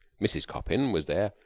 mrs. coppin was there,